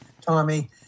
Tommy